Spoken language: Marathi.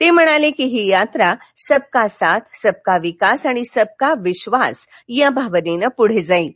ते म्हणाले की ही यात्रा सबका साथ सबका विकास आणि सबका विश्वास या भावनेनं पुढे जाईल